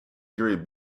gary